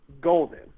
golden